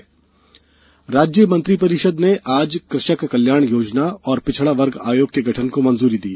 मंत्रिपरिषद राज्य मंत्रिपरिषद ने आज कृषक कल्याण योजना और पिछड़ा वर्ग आयोग के गठन को मंजूरी दे दी